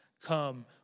come